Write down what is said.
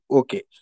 okay